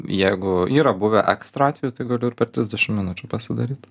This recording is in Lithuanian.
jeigu yra buvę ekstra atvejų tai galiu ir per trisdešim minučių pasidaryt